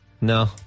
No